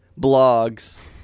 blogs